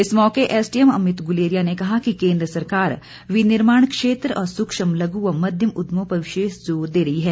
इस मौके एसडीएम अमित गुलेरिया ने कहा कि केन्द्र सरकार विनिर्माण क्षेत्र और सूक्ष्म लघ् व मध्यम उद्यमों पर विशेष जोर दे रही है